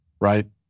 right